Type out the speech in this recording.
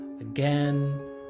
again